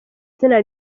izina